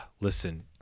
listen